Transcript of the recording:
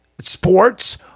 sports